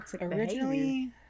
originally